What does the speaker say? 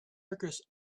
acrobat